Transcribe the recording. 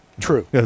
True